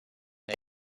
n’a